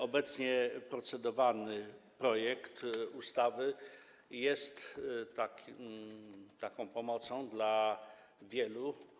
Obecnie procedowany projekt ustawy jest taką pomocą dla wielu.